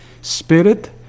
Spirit